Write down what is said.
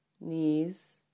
knees